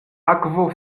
akvo